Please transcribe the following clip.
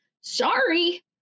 Sorry